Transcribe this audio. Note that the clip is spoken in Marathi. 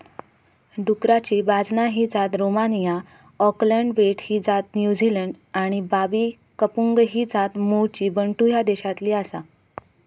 डुकराची बाजना ही जात रोमानिया, ऑकलंड बेट ही जात न्युझीलंड आणि बाबी कंपुंग ही जात मूळची बंटू ह्या देशातली आसा